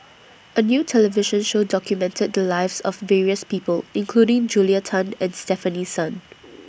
A New television Show documented The Lives of various People including Julia Tan and Stefanie Sun